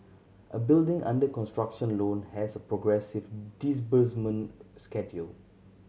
a building under construction loan has a progressive disbursement schedule